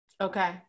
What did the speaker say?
Okay